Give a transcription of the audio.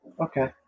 Okay